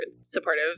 supportive